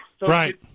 Right